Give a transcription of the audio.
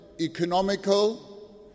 economical